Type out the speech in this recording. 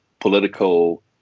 political